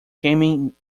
gaming